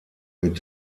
mit